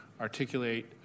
articulate